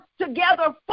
together